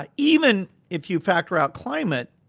ah even if you factor out climate,